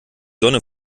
sonne